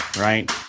Right